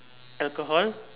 alcohol